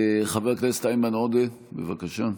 חבר הכנסת איימן עודה, בבקשה.